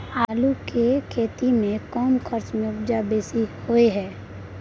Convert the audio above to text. आलू के खेती में कम खर्च में उपजा बेसी केना होय है?